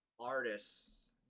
artists